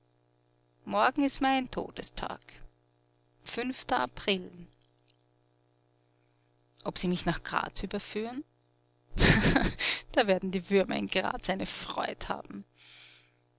morgen ist mein todestag fünfter april ob sie mich nach graz überführen haha da werden die würmer in graz eine freud haben